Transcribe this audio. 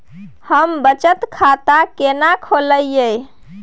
हम बचत खाता केना खोलइयै?